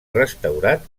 restaurat